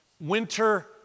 winter